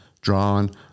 drawn